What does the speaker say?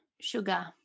sugar